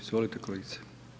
Izvolite kolegice.